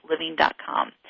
living.com